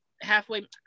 halfway